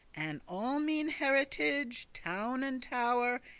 and all mine heritage, town and tow'r.